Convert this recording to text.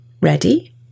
Ready